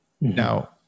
Now